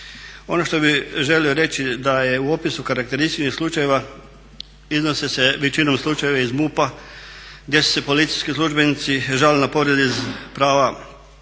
Ono što bih želio reći da je u opisu karakterističnih slučajeva iznose se većinom slučajevi iz MUP-a gdje su se policijski službenici žalili na povrede iz prava